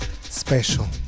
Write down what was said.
Special